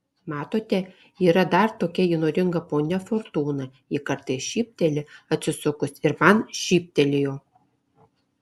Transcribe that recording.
matote yra dar tokia įnoringa ponia fortūna ji kartais šypteli atsisukus ir man šyptelėjo